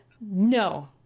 No